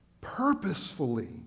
purposefully